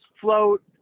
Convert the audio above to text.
float